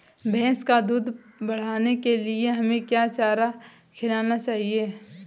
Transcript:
भैंस का दूध बढ़ाने के लिए हमें क्या चारा खिलाना चाहिए?